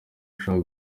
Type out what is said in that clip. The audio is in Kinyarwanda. ushaka